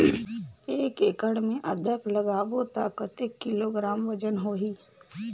एक एकड़ मे अदरक लगाबो त कतेक किलोग्राम वजन होही?